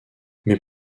mais